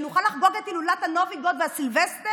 שנוכל לחגוג את הילולת הנובי גוד והסילבסטר,